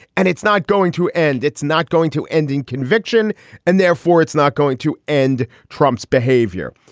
and it's not going to end it's not going to ending conviction and therefore, it's not going to end trump's behavior.